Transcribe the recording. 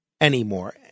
anymore